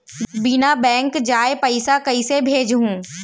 बिना बैंक जाये पइसा कइसे भेजहूँ?